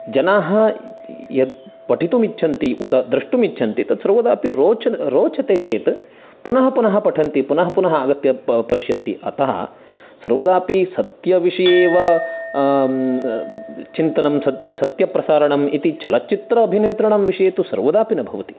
जनाः यत् पठितुम् इच्छन्ति उद द्रष्टुम् इच्छन्ती तद् सर्वदा अपि रोच् रोचते चेत् पुनः पुनः पठन्ति पुनः पुनः आगत्य पश्यन्ति अतः सर्वदापि सत्य विषये वा चिन्तनं सत्य सत्यप्रसारणम् इति चलचित्र अभिनेतॄणां विषये तु सर्वदा अपि न भवति